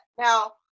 Now